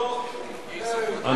יאשרו לי את ספרי הלימוד?